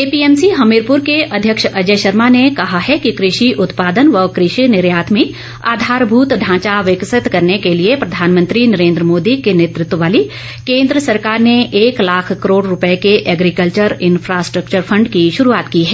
APMC Hamirpur के अध्यक्ष अजय शर्मा ने कहा है कि कृषि उत्पादन व कृषि निर्यात में आधारभूत ढांचा विकसित करने के लिए प्रधानमंत्री नरेंद्र मोदी के नेतृत्व वाली केन्द्र सरकार ने एक लाख करोड़ रुपए के एग्रीकल्वर इंफ्रास्ट्रक्चर फंड की शुरुआत की है